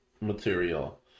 material